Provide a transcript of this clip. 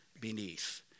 beneath